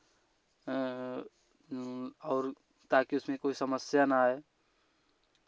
और ताकि उसने कोई समस्या न आए